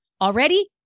already